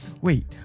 Wait